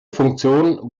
funktion